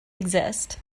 exist